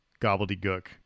gobbledygook